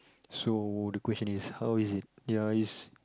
so the question is how is it ya it's